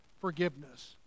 forgiveness